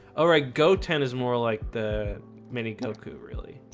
alright go ten is more like the mini goku really?